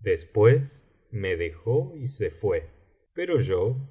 después me dejó y se fué pero yo